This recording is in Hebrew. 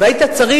אתה יודע,